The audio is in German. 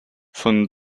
von